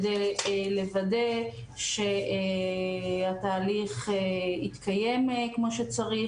כדי לוודא שהתהליך התקיים כמו שצריך,